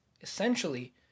essentially